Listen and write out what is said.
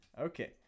Okay